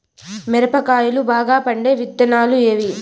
మిరప కాయలు బాగా పండే విత్తనాలు ఏవి